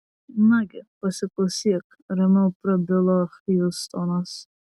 nagi pasiklausyk ramiau prabilo hjustonas